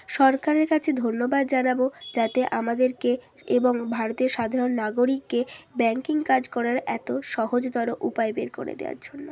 সরকারের কাছে ধন্যবাদ জানাবো যাতে আমাদেরকে এবং ভারতের সাধারণ নাগরিককে ব্যাংকিং কাজ করার এতো সহজতর উপায় বের করে দেওয়ার জন্য